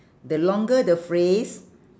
the longer the phrase